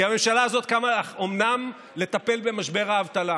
כי הממשלה הזאת קמה אומנם לטפל במשבר האבטלה,